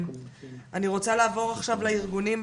אני רוצה לעבור עכשיו לארגונים.